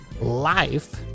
life